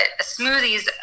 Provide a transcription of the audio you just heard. smoothies